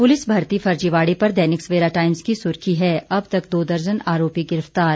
police भर्ती फर्जीवाड़े पर दैनिक सवेरा टाइम्स की सुर्खी है अब तक दो दर्जन आरोपी गिरफ़्तार